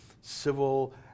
civil